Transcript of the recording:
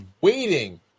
waiting